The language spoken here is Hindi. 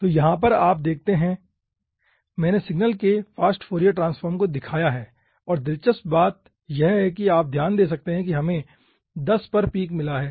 तो यहाँ पर आप देख सकते हैं मैंने सिग्नल के फास्ट फोरियर ट्रांसफॉर्म को दिखाया है और दिलचस्प बात यह है कि आप ध्यान दे सकते हैं कि हमें 10 पर पीक मिला है